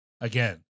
again